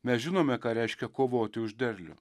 mes žinome ką reiškia kovoti už derlių